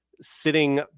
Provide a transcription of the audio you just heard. sitting